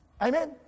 Amen